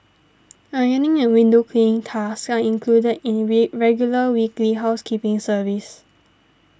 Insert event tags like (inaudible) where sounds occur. ironing and window cleaning tasks are included in (noise) regular weekly housekeeping service